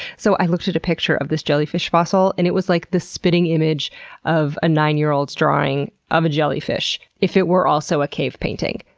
so i looked at a picture of this jellyfish fossil, and it was like the spitting image of a nine-year-old's drawing of um a jellyfish, if it were also a cave painting.